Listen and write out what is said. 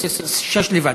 סעיף 6 לבד.